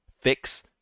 fix